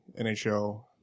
nhl